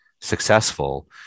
successful